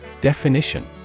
Definition